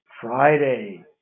Friday